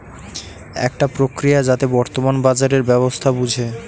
একটা প্রক্রিয়া যাতে বর্তমান বাজারের ব্যবস্থা বুঝে